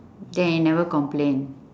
then you never complain